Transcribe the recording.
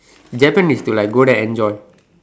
Japan is to like go there enjoy